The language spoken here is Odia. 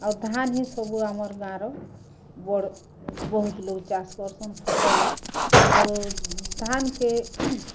ଆଉ ଧାନ୍ ହିଁ ସବୁ ଆମର୍ ଗାଁର ବଡ଼ ବହୁତ୍ ଲୋକ୍ ଚାଷ୍ କରସନ୍ ଫସଲ୍ ହେଲା ଆଉ ଧାନ୍କେ